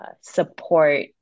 support